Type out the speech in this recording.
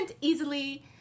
easily